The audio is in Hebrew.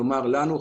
כלומר לנו,